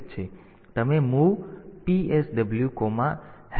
તેથી તમે MOV psw0 જેવું કહી શકો છો